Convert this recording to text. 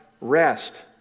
rest